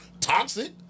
toxic